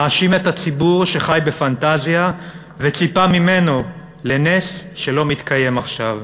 מאשים את הציבור שחי בפנטזיה וציפה ממנו לנס שלא מתקיים עכשיו.